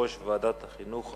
יושב-ראש ועדת החינוך,